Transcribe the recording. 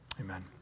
Amen